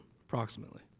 approximately